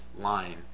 line